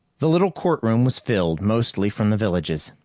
the little courtroom was filled, mostly from the villages.